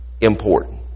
important